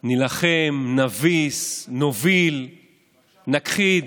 נילחם, נביס, נוביל, נכחיד,